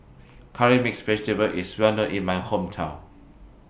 Curry Mixed Vegetable IS Well known in My Hometown